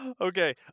Okay